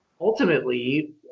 ultimately